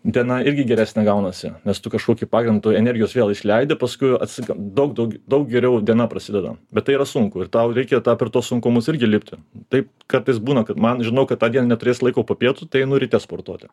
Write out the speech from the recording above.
diena irgi geresnė gaunasi nes tu kažkokį pagrindą tu energijos vėl išleidi paskui daug daug daug geriau diena prasideda bet tai yra sunku ir tau reikia tą per tuos sunkumus irgi lipti taip kartais būna kad man žinau kad tądien neturėsiu laiko popietų tai einu ryte sportuoti